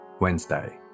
Wednesday